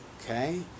Okay